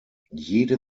jede